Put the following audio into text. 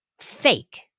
fake